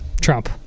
Trump